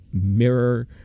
mirror